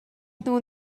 hnu